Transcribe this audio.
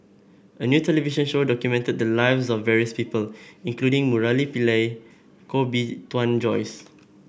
a new television show documented the lives of various people including Murali Pillai Koh Bee Tuan Joyce